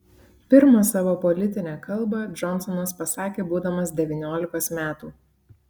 pirmą savo politinę kalbą džonsonas pasakė būdamas devyniolikos metų